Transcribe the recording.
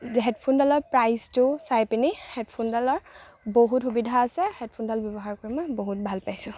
হেডফোনডালৰ প্ৰাইচটো চাই পিনি হেডফোনডালৰ বহুত সুবিধা আছে হেডফোনডাল ব্যৱহাৰ কৰি মই বহুত ভাল পাইছোঁ